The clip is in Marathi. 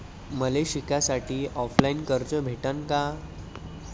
मले शिकासाठी ऑफलाईन कर्ज भेटन का?